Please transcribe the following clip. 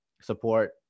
support